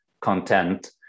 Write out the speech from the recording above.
content